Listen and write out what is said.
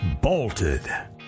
bolted